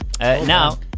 Now